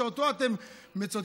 שאותו אתם מצטטים,